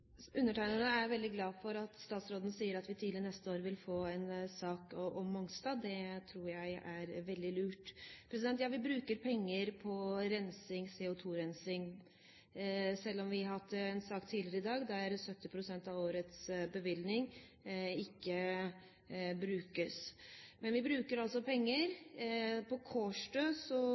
Undertegnede er veldig glad for at statsråden sier at vi tidlig neste år vil få en sak om Mongstad. Det tror jeg er veldig lurt. Ja, vi bruker penger på CO2-rensing, selv om det under debatten om en sak tidligere i dag kom fram at 70 pst. av årets bevilgning ikke brukes. Men vi bruker altså penger. Med hensyn til Kårstø